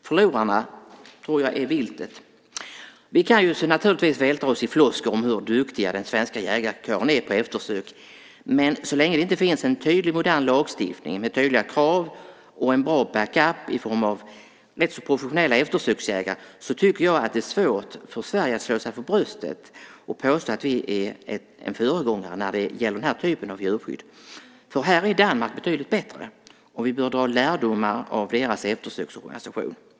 Förlorarna tror jag är viltet. Vi kan naturligtvis vältra oss i floskler om hur duktig den svenska jägarkåren är på eftersök, men så länge det inte finns en tydlig och modern lagstiftning med tydliga krav och en bra backup i form av professionella eftersöksjägare tycker jag att det är svårt för Sverige att slå sig för bröstet och påstå att vi är en föregångare när det gäller den här typen av djurskydd. Här är Danmark betydligt bättre, och vi bör dra lärdomar av deras eftersöksorganisation.